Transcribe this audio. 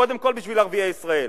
קודם כול בשביל ערביי ישראל,